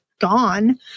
gone